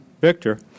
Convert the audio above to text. Victor